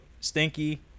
stinky